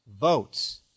votes